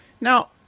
Now